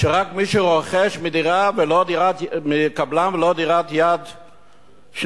רק מי שרוכש מקבלן ולא דירת יד שנייה?